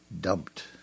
dumped